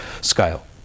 scale